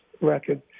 record